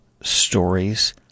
stories